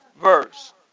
verse